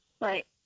Right